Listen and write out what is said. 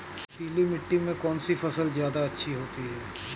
पीली मिट्टी में कौन सी फसल ज्यादा अच्छी होती है?